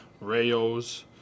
Rayo's